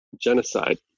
genocide